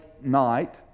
night